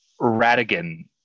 Radigan